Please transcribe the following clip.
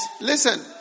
listen